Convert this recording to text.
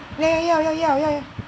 要要要要要要